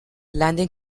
landing